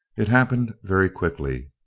it happened very quickly.